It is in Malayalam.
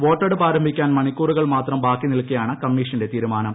വോട്ടെടുപ്പ് ആരംഭിക്കാൻ മണിക്കൂറുകൾ മാത്രം ബാക്കി നിൽക്കെയാണ് കമ്മീഷന്റെ തീരുമാനം